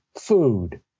food